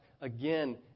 again